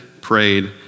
prayed